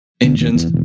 Engines